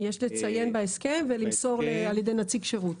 "יש לציין בהסכם ולמסור על ידי נציג שירות".